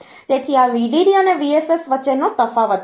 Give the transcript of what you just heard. તેથી આ VDD અને VSS વચ્ચેનો તફાવત છે